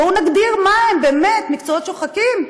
בואו נגדיר מהם באמת מקצועות שוחקים.